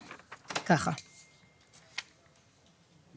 במקרה הזה זאת רשות המיסים